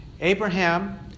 Abraham